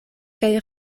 kaj